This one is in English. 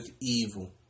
evil